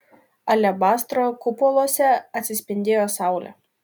alebastro kupoluose atsispindėjo saulė